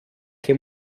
che